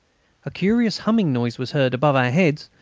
a curious humming noise was heard above our heads,